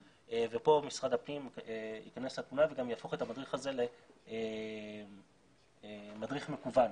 ופה משרד הפנים יכנס לתמונה וגם יהפוך את המדריך הזה למדריך מקוון.